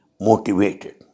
motivated